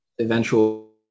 eventual